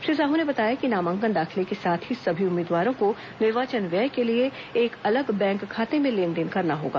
श्री साहू ने बताया कि नामांकन दाखिले के साथ ही सभी उम्मीदवारों को निर्वाचन व्यय के लिए एक अलग बैंक खाते में लेन देन करना होगा